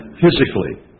physically